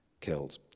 killed